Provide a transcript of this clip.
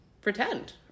pretend